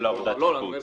בדיוק.